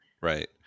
Right